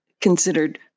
considered